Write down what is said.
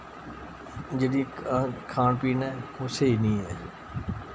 जेह्ड़ी खान पीन ऐ ओह् स्हेई निं ऐ